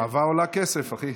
אבל אהבה עולה כסף, אחי.